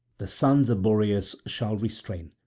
the sons of boreas shall restrain.